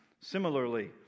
similarly